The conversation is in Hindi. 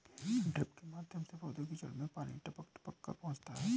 ड्रिप के माध्यम से पौधे की जड़ में पानी टपक टपक कर पहुँचता है